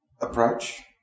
approach